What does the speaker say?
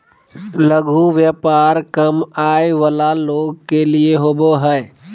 लघु व्यापार कम आय वला लोग के लिए होबो हइ